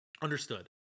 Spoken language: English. Understood